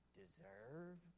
deserve